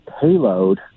payload